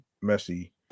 messy